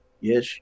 Yes